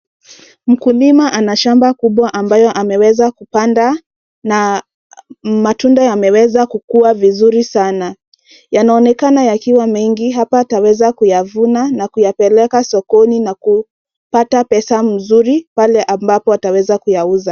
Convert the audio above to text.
Mkulima ana shamba kubwa ambayo ameweza kupanda na matunda yameweza kukua vizuri sana. Yanaonekana yakiwa mengi. Hapa ataweza kuyavuna na kuyapeleka sokoni na kupata pesa mzuri pale ambapo ataweza kuyauza.